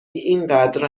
اینقدر